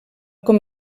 com